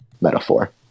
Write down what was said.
metaphor